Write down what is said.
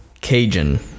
Cajun